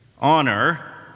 Honor